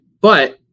But-